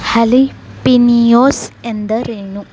jalapeños ಎಂದರೇನು